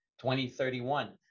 2031